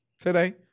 today